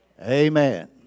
Amen